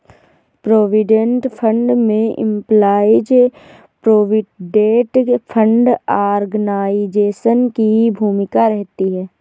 provident fund में employees provident fund organisation की भूमिका रहती है